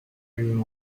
bring